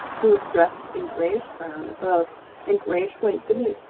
he was dressed in grayish-brown above and grayish-white beneath.